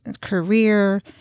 career